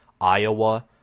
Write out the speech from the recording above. Iowa